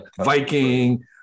Viking